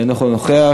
אינו נוכח,